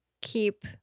keep